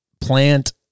plant